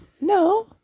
No